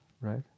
right